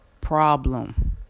problem